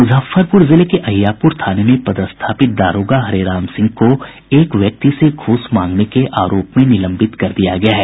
मुजफ्फरपुर जिले के अहियापुर थाने में पथस्थापित दारोगा हरेराम सिंह को एक व्यक्ति से घूस मांगने के आरोप में निलंबित कर दिया गया है